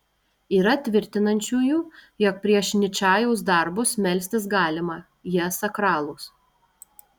yra tvirtinančiųjų jog prieš ničajaus darbus melstis galima jie sakralūs